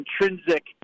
intrinsic